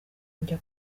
njya